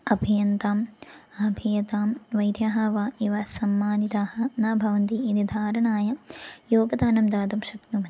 अभियन्ताम् अभियतां वैद्याः वा इव सम्मानिताः न भवन्ति इति धारणाय योगदानं दातुं शक्नुवन्ति